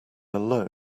alone